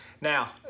Now